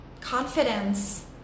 confidence